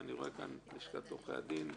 אני רואה כאן את לשכת עורכי הדין.